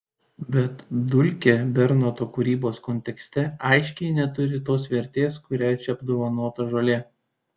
bet dulkė bernoto kūrybos kontekste aiškiai neturi tos vertės kuria čia apdovanota žolė